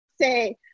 say